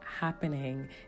happening